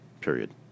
period